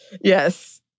Yes